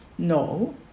No